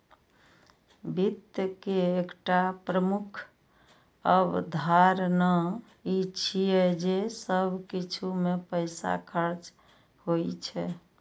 वित्त के एकटा प्रमुख अवधारणा ई छियै जे सब किछु मे पैसा खर्च होइ छै